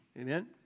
Amen